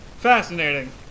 Fascinating